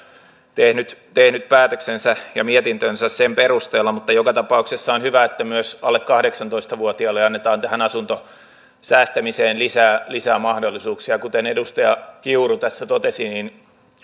tehnyt tehnyt päätöksensä ja mietintönsä sen perusteella mutta joka tapauksessa on hyvä että myös alle kahdeksantoista vuotiaalle annetaan asuntosäästämiseen lisää lisää mahdollisuuksia kuten edustaja kiuru tässä totesi niin